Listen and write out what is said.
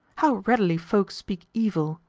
how readily folk speak evil!